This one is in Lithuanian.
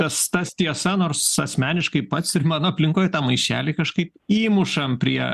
tas tas tiesa nors asmeniškai pats ir mano aplinkoj tą maišelį kažkaip įmušam prie